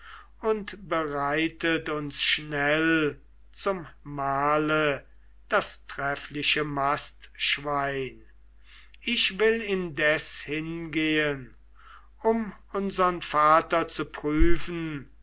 und bereitet uns schnell zum mahle das treffliche mastschwein ich will indes hingehen um unsern vater zu prüfen